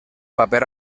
paper